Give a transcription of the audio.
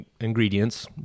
ingredients